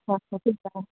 हा त ठीकु आहे